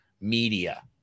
media